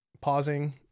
pausing